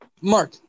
Mark